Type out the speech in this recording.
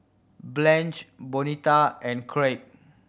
Blanch Bonita and Kraig